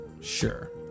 sure